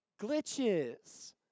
glitches